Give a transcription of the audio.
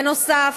בנוסף,